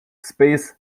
space